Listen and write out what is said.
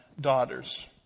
daughters